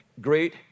great